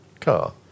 car